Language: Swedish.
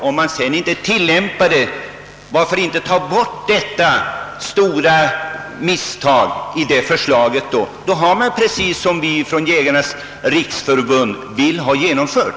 Om den bestämmelsen inte tillämpas kan man ju ta bort detta stora misstag ur förslaget, och då får vi det precis som Jägarnas riksförbund vill ha det.